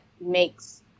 makes